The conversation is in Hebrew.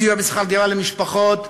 סיוע בשכר-דירה למשפחות,